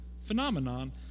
phenomenon